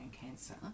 cancer